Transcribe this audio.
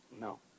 No